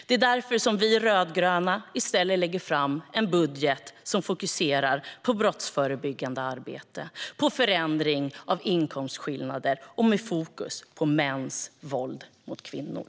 Det är därför som vi rödgröna i stället lägger fram en budget som fokuserar på brottsförebyggande arbete, på förändring av inkomstskillnader och med fokus på mäns våld mot kvinnor.